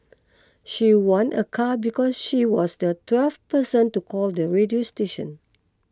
she won a car because she was the twelve person to call the radio station